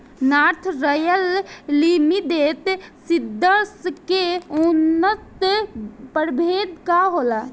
North Royal Limited Seeds के उन्नत प्रभेद का होला?